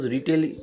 Retail